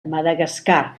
madagascar